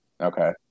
Okay